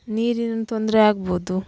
ನೀರಿನ ತೊಂದರೆ ಆಗ್ಬೊದು